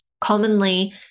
Commonly